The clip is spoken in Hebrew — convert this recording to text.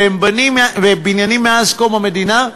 שהם בניינים מאז קום המדינה,